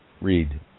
read